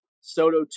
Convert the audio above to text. Soto